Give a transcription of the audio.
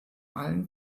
allen